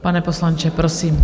Pane poslanče, prosím.